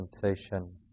sensation